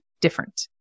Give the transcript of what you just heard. different